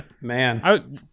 man